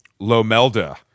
Lomelda